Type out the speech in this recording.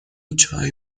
چای